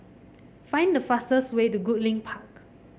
find the fastest way to Goodlink Park